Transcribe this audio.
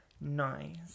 Nice